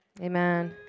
Amen